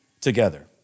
together